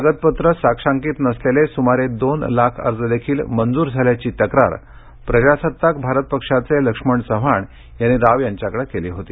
कागदपत्रे साक्षांकित नसलेले सुमारे दोन लाख अर्जदेखील मंजूर झाल्याची तक्रार प्रजासत्ताक भारत पक्षाचे लक्ष्मण चव्हाण यांनी राव यांच्याकडे केली होती